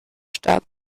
stadt